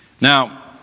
Now